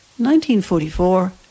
1944